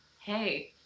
hey